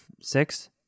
six